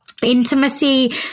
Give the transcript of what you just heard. intimacy